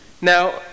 Now